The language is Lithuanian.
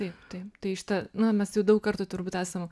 taip taip tai šita na mes jau daug kartų turbūt esam